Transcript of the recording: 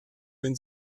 wenn